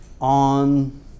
on